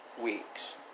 Weeks